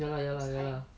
ya lah ya lah ya lah